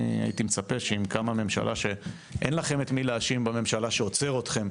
אני הייתי מצפה שאם קמה ממשלה שאין לכם את מי להאשים בממשלה שעוצר אתכם,